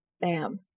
Bam